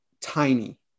tiny